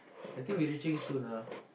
I think we reaching soon lah